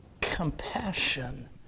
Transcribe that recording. Compassion